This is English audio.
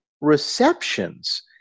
receptions